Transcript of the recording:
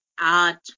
art